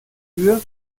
tür